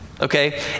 Okay